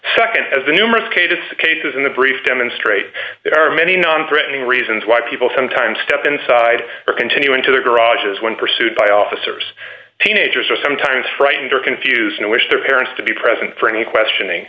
nd as the numerous cases of cases in the brief demonstrate there are many non threatening reasons why people sometimes step inside continue into their garages when pursued by officers teenagers are sometimes frightened or confused and wish their parents to be present for any questioning